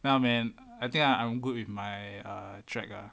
now man I think I'm good with my err track ah